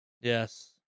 Yes